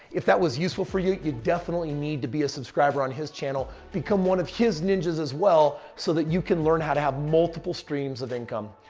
if that was useful for you, you definitely need to be a subscriber on his channel. become one of his ninjas as well so that you can learn how to have multiple streams of income.